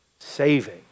saving